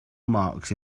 marks